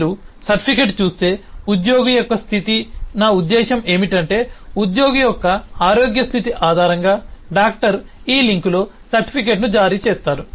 మీరు సర్టిఫికేట్ చూస్తే ఉద్యోగి యొక్క స్థితి నా ఉద్దేశ్యం ఏమిటంటే ఉద్యోగి యొక్క ఆరోగ్య స్థితి ఆధారంగా డాక్టర్ ఈ లింక్లో సర్టిఫికెట్ను జారీ చేస్తారు